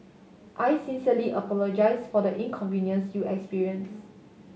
I sincerely apologise for the inconvenience you experience